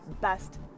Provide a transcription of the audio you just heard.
best